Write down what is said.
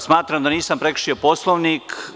Smatram da nisam prekršio Poslovnik.